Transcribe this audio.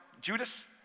Judas